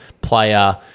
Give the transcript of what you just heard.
player